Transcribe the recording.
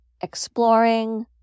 exploring